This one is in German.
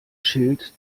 schild